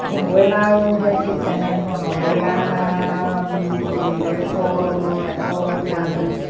এই ব্ৰইলাৰো সেই ঠিক তেনেধৰণৰ ব্ৰইলাৰ ডেৰশ এশ পোৱালি